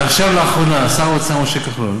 ועכשיו, לאחרונה, שר האוצר משה כחלון